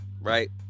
right